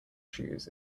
shoes